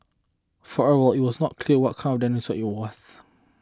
for a while it was not clear what kind of dinosaur it was